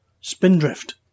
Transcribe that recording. Spindrift